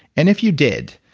and if you did,